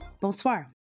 Bonsoir